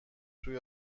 توی